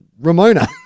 Ramona